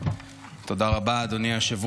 הכנסת, נעבור לדיון הסיעתי.